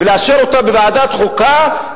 ולאשר אותה בוועדת חוקה,